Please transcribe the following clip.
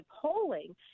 polling